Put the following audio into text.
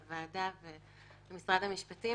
לוועדה ולמשרד המשפטים.